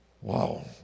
Wow